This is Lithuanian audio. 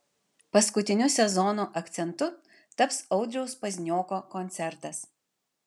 paskutiniu sezono akcentu taps audriaus paznioko koncertas